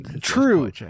True